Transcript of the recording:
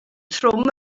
trwm